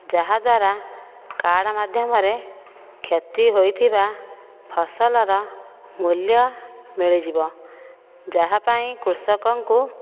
ଯାହାଦ୍ୱାରା କାର୍ଡ଼ ମାଧ୍ୟମ ରେ କ୍ଷତି ହୋଇଥିବା ଫସଲର ମୂଲ୍ୟ ମିଳିଯିବ ଯାହା ପାଇଁ କୃଷକଙ୍କୁ